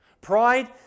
Pride